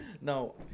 No